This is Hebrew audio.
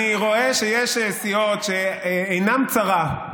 אני רואה שיש סיעות שעינן צרה.